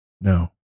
No